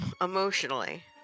Emotionally